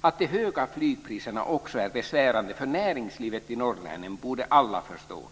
Att de höga flygpriserna också är besvärande för näringslivet i norrlänen borde alla förstå.